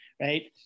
right